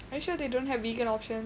are you sure they don't have vegan options